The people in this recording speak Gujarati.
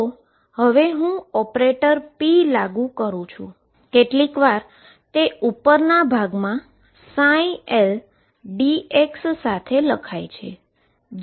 તો હવે હું p ઓપરેટર લાગુ કરું છું કેટલીકવાર તે ઉપરના ભાગમાં ldx સાથે લખાય છે